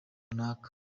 runaka